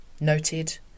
noted